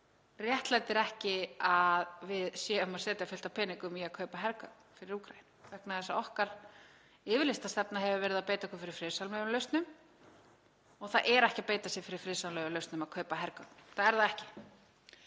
sér réttlætir ekki að við séum að setja fullt af peningum í að kaupa hergögn fyrir Úkraínu vegna þess að okkar yfirlýsta stefna hefur verið að beita okkur fyrir friðsamlegum lausnum. Það er ekki að beita sér fyrir friðsamlegum lausnum að kaupa hergögn, það er það ekki.